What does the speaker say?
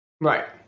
Right